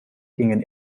gingen